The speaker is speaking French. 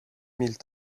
mille